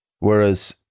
Whereas